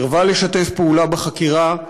סירבה לשתף פעולה בחקירה,